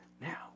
Now